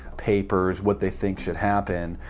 papers, what they think should happen.